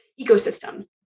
ecosystem